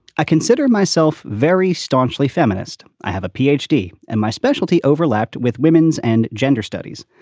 i consider myself very staunchly feminist. i have a p h d and my specialty overlapped with women's and gender studies.